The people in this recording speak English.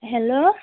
hello